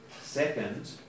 Second